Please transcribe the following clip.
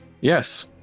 Yes